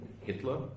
Hitler